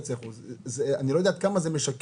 ב-9.5% אני לא יודע עד כמה זה משקף